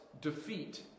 defeat